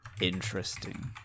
interesting